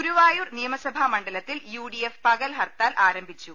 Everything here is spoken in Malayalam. ഗുരുവായൂർ നിയമസഭാ മണ്ഡലത്തിൽ യുഡിഎഫ് പകൽ ഹർത്താൽ ആരംഭിച്ചു